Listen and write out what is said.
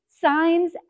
signs